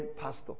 pastor